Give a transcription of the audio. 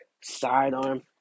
sidearm